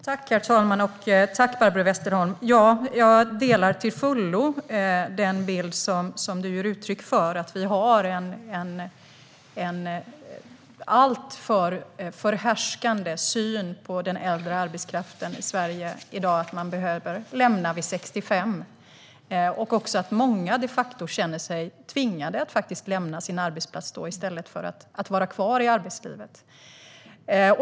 Herr talman! Jag delar till fullo den bild du ger uttryck för, Barbro Westerholm, det vill säga att vi när det gäller den äldre arbetskraften i Sverige i dag har en alltför förhärskande syn att man behöver lämna vid 65. Det är också många som faktiskt känner sig tvingade att lämna sin arbetsplats då, i stället för att vara kvar i arbetslivet.